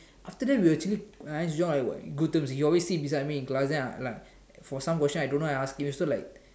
after that we were actually nice joy way good terms he always sit next to me in class then I like like for some question I don't know I ask him so like